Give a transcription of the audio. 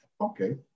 Okay